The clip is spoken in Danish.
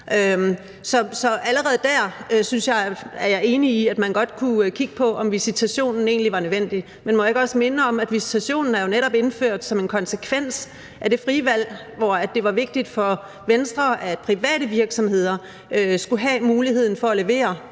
Så allerede der er jeg enig i, at man godt kunne kigge på, om visitationen egentlig er nødvendig. Men må jeg ikke også minde om, at visitationen netop er indført som en konsekvens af det frie valg, hvor det var vigtigt for Venstre, at private virksomheder skulle have mulighed for at levere